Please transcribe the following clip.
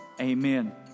Amen